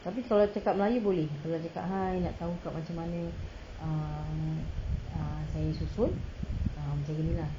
tapi kalau cakap melayu boleh kalau cakap hi nak tahu macam mana ah saya susun ah macam gini lah